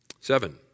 Seven